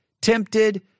tempted